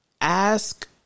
ask